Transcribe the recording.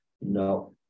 No